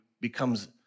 becomes